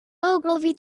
ogilvy